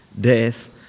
death